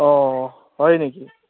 অঁ হয় নেকি